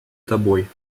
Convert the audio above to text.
тобой